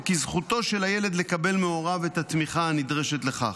וכי זכותו של הילד לקבל מהוריו את התמיכה הנדרשת לכך.